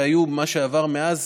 שהיו ומה שעבר מאז,